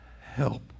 help